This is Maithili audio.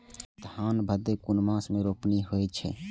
धान भदेय कुन मास में रोपनी होय छै?